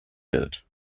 gilt